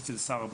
אצל שר הבריאות.